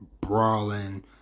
brawling